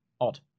Odd